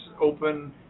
open